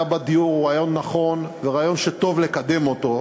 בדיור הוא רעיון נכון ורעיון שטוב לקדם אותו,